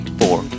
four